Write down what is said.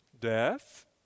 death